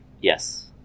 Yes